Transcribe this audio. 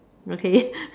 okay